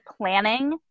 planning